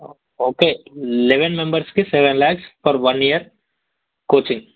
okay eleven మెంబర్స్కి seven lakhs per one year coaching